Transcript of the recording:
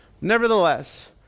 Nevertheless